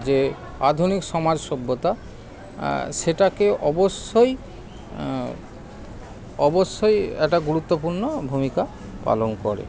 যে আধুনিক সমাজ সভ্যতা সেটাকে অবশ্যই অবশ্যই একটা গুরুত্বপূর্ণ ভূমিকা পালন করে